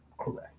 Correct